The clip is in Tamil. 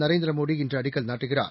நரேந்திர மோடி இன்று அடிக்கல் நாட்டுகிறார்